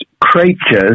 creatures